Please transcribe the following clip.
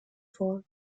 vor